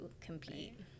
compete